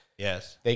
Yes